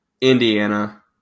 indiana